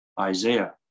isaiah